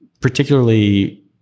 particularly